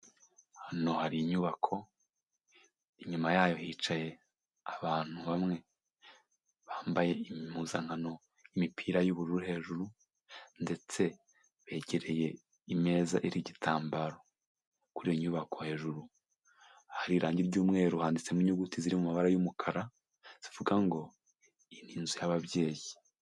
Hano hari inyubako, inyuma yayo hicaye abantu bamwe bambaye impuzankano, imipira y'ubururu hejuru ndetse begereye meza iriho igitambaro, kuri iyo nyubako hejuru, hari irangi ry'umweru handitsemo inyuguti ziri mu mabara y'umukara zivuga ngo iyi ni inzu y'ababyeyi.